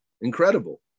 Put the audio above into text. Incredible